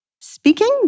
speaking